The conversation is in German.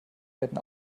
werden